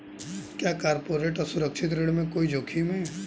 क्या कॉर्पोरेट असुरक्षित ऋण में कोई जोखिम है?